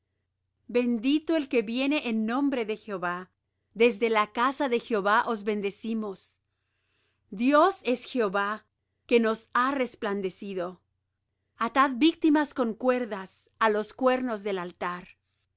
bendito el que viene en nombre de jehová desde la casa de jehová os bendecimos dios es jehová que nos ha resplandecido atad víctimas con cuerdas á los cuernos del altar mi